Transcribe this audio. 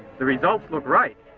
the results look right!